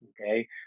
okay